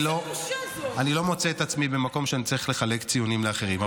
אני לא מוצא את עצמי במקום שאני צריך לחלק ציונים לאחרים.